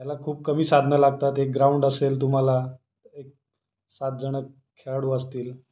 ह्याला खूप कमी साधनं लागतात एक ग्राउंड असेल तुम्हाला एक सात जणं खेळाडू असतील